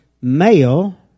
male